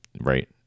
right